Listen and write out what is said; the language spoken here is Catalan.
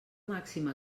màxima